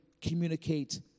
communicate